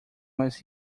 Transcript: mais